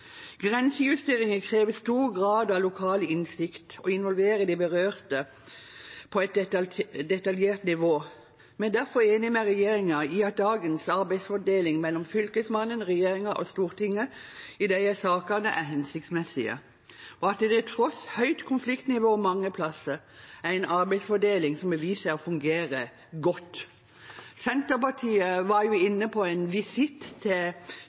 Grensejusteringer krever stor grad av lokal innsikt og involverer de berørte på et detaljert nivå. Vi er derfor enig med regjeringen i at dagens arbeidsdeling mellom Fylkesmannen, regjeringen og Stortinget i disse sakene er hensiktsmessig, og at det tross høyt konfliktnivå mange plasser er en arbeidsdeling som har vist seg å fungere godt. Senterpartiet hadde en visitt til Kristelig Folkeparti der stikkordet var